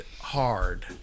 hard